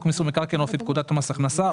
מיסוי מקרקעין או לפי פקודת מס הכנסה,